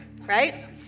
right